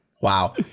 wow